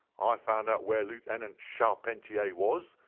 i found out where lieutenant charpentier was,